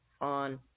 on